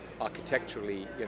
architecturally